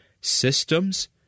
systems